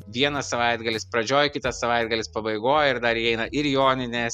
vienas savaitgalis pradžioj kitas savaitgalis pabaigoj ir dar įeina ir joninės